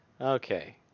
Okay